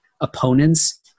opponents